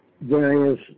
various